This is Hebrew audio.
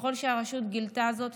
ככל שהרשות גילתה זאת,